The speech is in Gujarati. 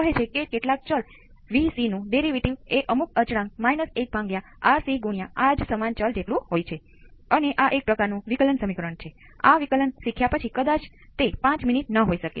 હવે આ બે કેપેસિટર સાથેની સર્કિટ છે પરંતુ જ્યારે આપણે વિભેદક સમીકરણ મેળવ્યું ત્યારે આપણે જોયું કે તે પ્રથમ ઓર્ડર નું હતું